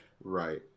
Right